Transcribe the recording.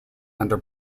under